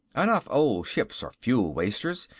enough old ships are fuel-wasters,